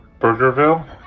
Burgerville